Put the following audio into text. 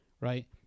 right